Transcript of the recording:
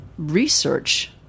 research